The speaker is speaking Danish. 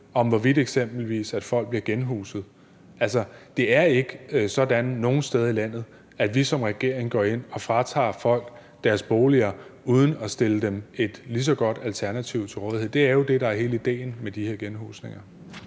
hvorvidt eksempelvis folk bliver genhuset. Altså, det er ikke sådan nogen steder i landet, at vi som regering går ind og fratager folk deres bolig uden at stille dem et lige så godt alternativ til rådighed. Det er jo det, der er hele idéen med de her genhusninger.